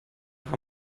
nach